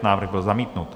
Návrh byl zamítnut.